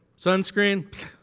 Sunscreen